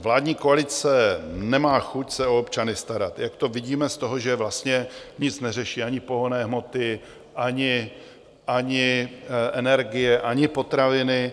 Vládní koalice nemá chuť se o občany starat, jak to vidíme z toho, že vlastně nic neřeší ani pohonné hmoty, ani energie, ani potraviny.